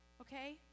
okay